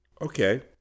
Okay